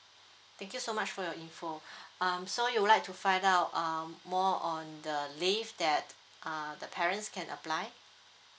thank you so much for your info um so you would like to find out um more on the leave that uh the parents can apply